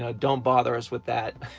ah don't bother us with that.